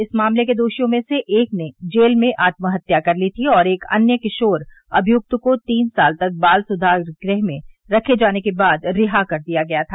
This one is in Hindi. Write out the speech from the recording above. इस मामले के दोषियों में से एक ने जेल में आत्महत्या कर ली थी और एक अन्य किशोर अभिय्क्त को तीन साल तक बाल सुधार गुह में रखे जाने के बाद रिहा कर दिया गया था